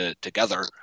together